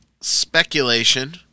speculation